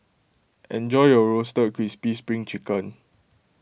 enjoy your Roasted Crispy Spring Chicken